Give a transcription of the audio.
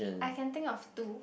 I can think of two